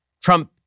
Trump